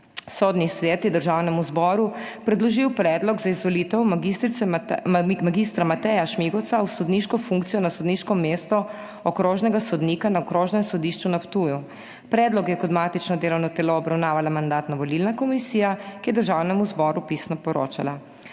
Sodni svet je Državnemu zboru predložil predlog za izvolitev mag. Mateja Šmigoca v sodniško funkcijo na sodniško mesto okrožnega sodnika na Okrožnem sodišču na Ptuju. Predlog je kot matično delovno telo obravnavala Mandatno-volilna komisija, ki je Državnemu zboru pisno poročala.